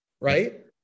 right